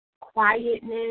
quietness